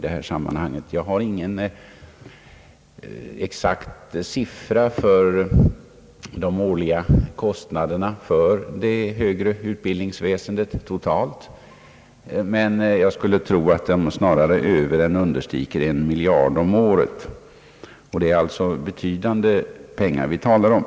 Jag har ingen exakt uppgift om de totala årliga kostnaderna för det högre utbildningsväsendet, men jag skulle tro att dessa kostnader snarare överän understiger en miljard kronor om året. Det är alltså betydande belopp vi talar om.